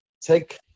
take